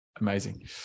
amazing